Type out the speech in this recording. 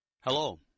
Hello